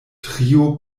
trio